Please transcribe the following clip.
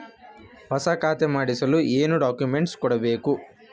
ಹೊಸ ಖಾತೆ ಮಾಡಿಸಲು ಏನು ಡಾಕುಮೆಂಟ್ಸ್ ಕೊಡಬೇಕು?